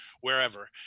wherever